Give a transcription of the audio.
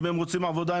ואם הם רוצים עבודה,